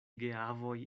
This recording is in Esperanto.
geavoj